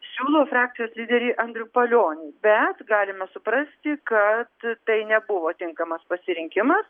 siūlo frakcijos lyderį andrių palionį bet galima suprasti kad tai nebuvo tinkamas pasirinkimas